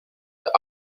the